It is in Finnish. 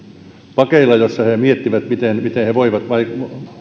pakeilla kun he miettivät miten miten he voivat